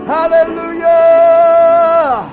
Hallelujah